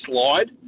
slide